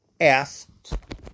asked